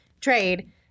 trade